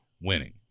winning